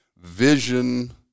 vision